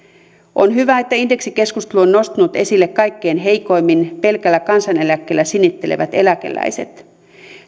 on hyvä että indeksikeskustelu on nostanut esille kaikkein heikoimmin pelkällä kansaneläkkeellä sinnittelevät eläkeläiset